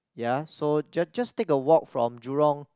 ya so ju~ just take a walk from Jurong